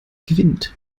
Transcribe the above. gewinnt